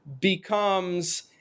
Becomes